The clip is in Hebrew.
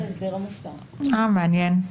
מעניין.